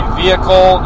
vehicle